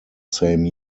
same